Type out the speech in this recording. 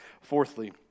Fourthly